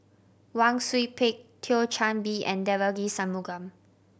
Wang Sui Pick Thio Chan Bee and Devagi Sanmugam